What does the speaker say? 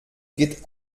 geht